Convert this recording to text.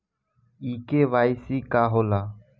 इ के.वाइ.सी का हो ला?